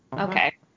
okay